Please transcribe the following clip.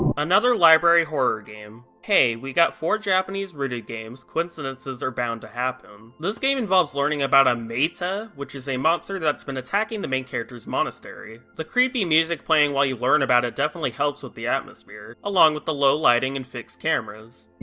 another library horror game! hey, we got four japanese-rooted games, coincidences are bound to happen. this game involves learning about a may'tah, which is a monster that's been attacking the main character's monastery. the creepy music playing while you learn about it definitely helps with the atmosphere, along with the low lighting and fixed cameras.